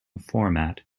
format